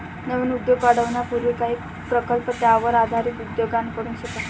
नवीन उद्योग वाढवण्यापूर्वी काही प्रकल्प त्यावर आधारित उद्योगांकडून शिका